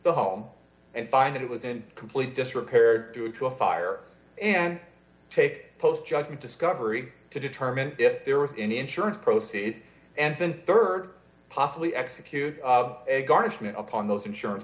the home and find that it was in complete disrepair due to a fire and take post judgment discovery to determine if there was an insurance proceeds and then rd possibly execute a garnishment upon those insurance